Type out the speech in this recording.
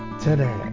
today